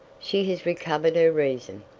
she has recovered her reason.